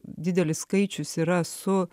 didelis skaičius yra su